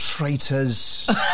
Traitors